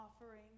offering